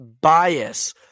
bias